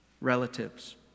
relatives